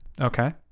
Okay